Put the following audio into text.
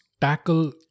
tackle